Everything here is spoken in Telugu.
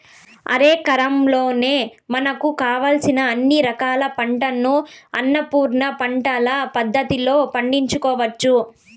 అరెకరంలోనే మనకు కావలసిన అన్ని రకాల పంటలను అన్నపూర్ణ పంటల పద్ధతిలో పండించుకోవచ్చు